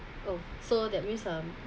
oh so that means um